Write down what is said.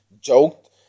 joked